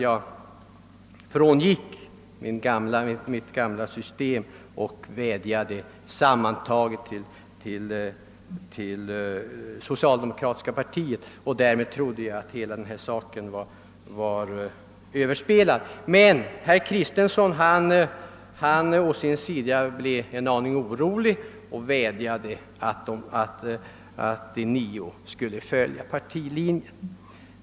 Jag frångick min gamla metod genom att vädja till hela det socialdemokratiska partiet. Därmed trodde jag hela denna sak var överspelad. Men herr Kristenson blev en aning orolig och vädjade till de nio att följa partilinjen.